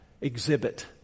exhibit